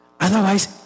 Otherwise